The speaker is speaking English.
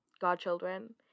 godchildren